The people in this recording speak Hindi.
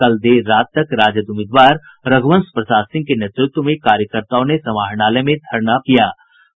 कल देर रात तक राजद उम्मीदवार रघुवंश प्रसाद सिंह के नेतृत्व में कार्यकर्ताओं ने समाहरणालय में धरना प्रदर्शन किया